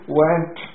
went